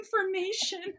information